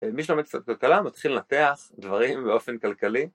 מי שלומד קצת כלכלה מתחיל לנתח דברים באופן כלכלי